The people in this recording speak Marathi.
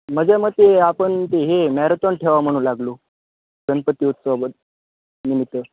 माझ्या मते आपण ते हे मॅरेथॉन ठेवा म्हणू लागलो गणपती उत्सवात निमित्त